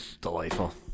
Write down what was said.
Delightful